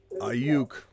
Ayuk